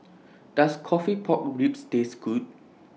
Does Coffee Pork Ribs Taste Good